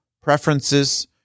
preferences